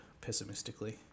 pessimistically